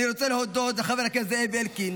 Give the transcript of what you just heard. אני רוצה להודות לחבר הכנסת זאב אלקין